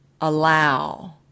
allow